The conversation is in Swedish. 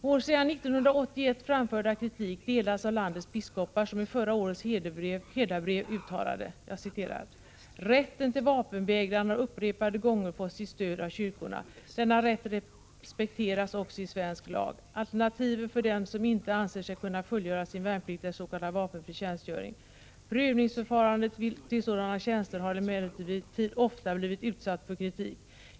Vår sedan 1981 framförda kritik delas av landets biskopar, som i förra årets herdabrev uttalade: ”Rätten till vapenvägran har upprepade gånger fått sitt stöd av kyrkorna. Denna rätt respekteras också i svensk lag. Alternativet för den som inte anser sig kunna fullgöra sin värnplikt är s.k. vapenfri tjänstgöring. Prövningsförfarandet till sådana tjänster har emellertid ofta blivit utsatt för kritik.